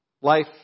Life